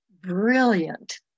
brilliant